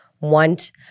want